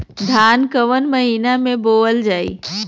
धान कवन महिना में बोवल जाई?